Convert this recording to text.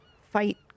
fight